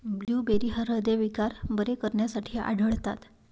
blueberry हृदयविकार बरे करण्यासाठी आढळतात